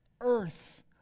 earth